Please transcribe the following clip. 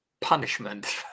punishment